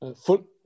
foot